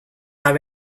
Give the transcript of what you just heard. are